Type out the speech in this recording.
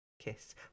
Kiss